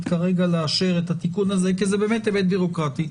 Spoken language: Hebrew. כרגע לאשר את התיקון הזה כי זה באמת היבט בירוקרטי,